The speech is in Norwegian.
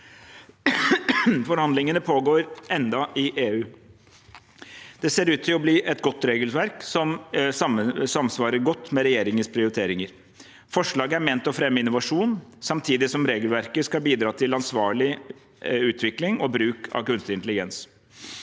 Forhandlingene pågår ennå i EU. Det ser ut til å bli et godt regelverk som samsvarer godt med regjeringens prioriteringer. Forslaget er ment å fremme innovasjon samtidig som regelverket skal bidra til ansvarlig utvikling og bruk av kunstig intelligens.